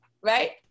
Right